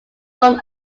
form